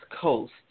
Coast